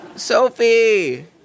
Sophie